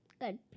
Good